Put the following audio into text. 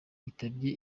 yitabye